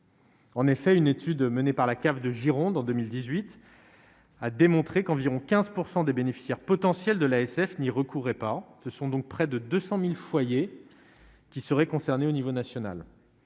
En effet, une étude menée par la cave de Gironde en 2018. à démontré qu'environ 15 % des bénéficiaires potentiels de l'ASF, ni recouraient pas, ce sont donc près de 200000 foyers qui seraient concernés au niveau national,